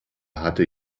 hatte